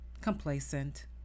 complacent